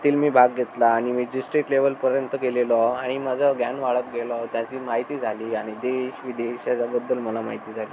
तील मी भाग घेतला आणि मी डीस्ट्रीक्ट लेवलपर्यंत गेलेलो आओ आणि माझं ग्यान वाढत गेलं त्यातील माहिती झाली आणि देशविदेश याच्याबद्दल मला माहिती झाली